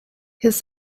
his